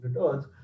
returns